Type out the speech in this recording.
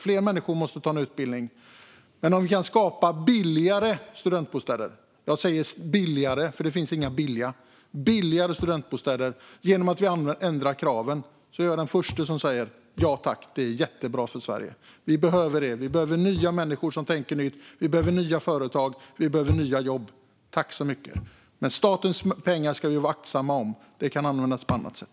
Fler människor måste ta en utbildning. Om vi kan skapa billigare studentbostäder - jag säger "billigare", för det finns inga billiga - genom att vi ändrar kraven är jag den förste att säga: Ja tack, det är jättebra för Sverige! Vi behöver det. Vi behöver nya människor som tänker nytt, vi behöver nya företag, vi behöver nya jobb. Men statens pengar ska vi vara aktsamma med, för de kan användas på annat sätt.